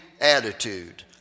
attitude